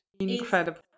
incredible